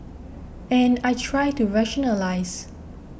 and I try to rationalise